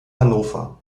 hannover